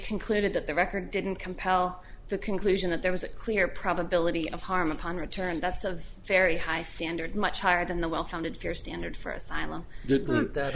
concluded that the record didn't compel the conclusion that there was a clear probability of harm upon return that's of a very high standard much higher than the well founded fear standard for asylum